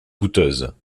coûteuses